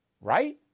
right